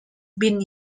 been